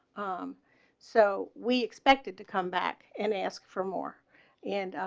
um so we expected to come back and ask for more and ah,